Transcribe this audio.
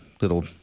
Little